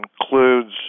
includes